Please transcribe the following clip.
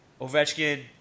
Ovechkin